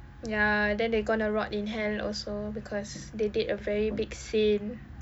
ya then they gonna rot in hell also because they did a very big sin